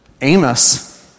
Amos